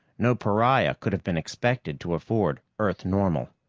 no pariah could have been expected to afford earth-normal.